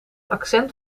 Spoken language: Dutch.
accent